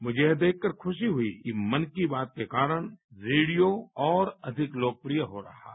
मुझे यह देखकर स्वुशी हुई कि मन की बात के कारण रेडियो और अधिक लोकप्रिय हो रहा है